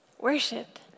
Worship